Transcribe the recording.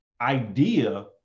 idea